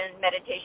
meditation